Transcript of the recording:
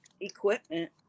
equipment